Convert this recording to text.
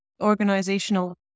organizational